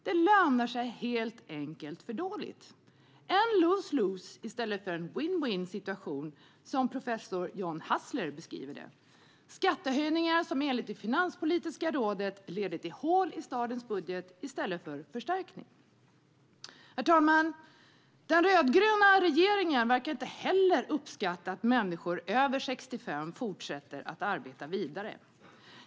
Det lönar sig helt enkelt för dåligt. Det är fråga om lose-lose i stället för win-win, som professor John Hassler beskriver det. Det är skattehöjningar som enligt Finanspolitiska rådet leder till hål i statens budget i stället för en förstärkning. Herr talman! Den rödgröna regeringen verkar inte heller uppskatta att människor över 65 fortsätter att arbeta vidare.